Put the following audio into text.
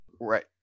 Right